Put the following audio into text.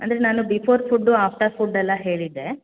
ಅಂದರೆ ನಾನು before food after food ಎಲ್ಲ ಹೇಳಿದ್ದೆ